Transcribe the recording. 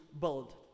build